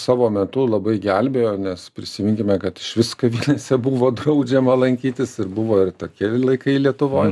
savo metu labai gelbėjo nes prisiminkime kad išvis kavinėse buvo draudžiama lankytis ir buvo ir tokie laikai lietuvoj